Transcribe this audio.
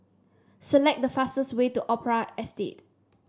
select the fastest way to Opera Estate